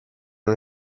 una